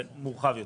שיהיה מורחב יותר.